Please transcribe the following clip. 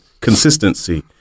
consistency